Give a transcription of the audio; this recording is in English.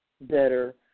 better